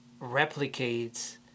replicates